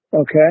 Okay